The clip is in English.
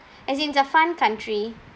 as in it's a fun country